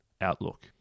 outlook